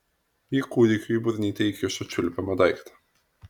ji kūdikiui į burnytę įkišo čiulpiamą daiktą